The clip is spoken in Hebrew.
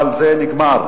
אבל זה נגמר.